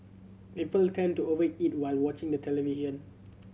people tend to over eat while watching the television